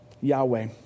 Yahweh